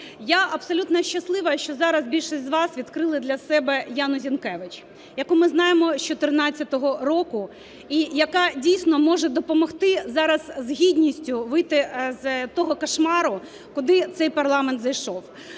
Я абсолютно щаслива, що зараз більшість з вас відкрили для себе Яну Зінкевич, яку ми знаємо з 14-го року, і яка дійсно може допомогти зараз з гідністю вийти з того кошмару, куди цей парламент зайшов.